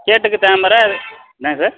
கேட்டுக்கு தாமரை என்னங்க சார்